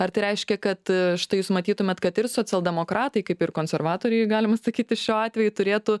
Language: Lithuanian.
ar tai reiškia kad štai jūs matytumėt kad ir socialdemokratai kaip ir konservatoriai galima sakyti šiuo atveju turėtų